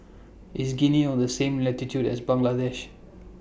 IS Guinea on The same latitude as Bangladesh